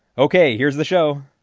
ok, here's the show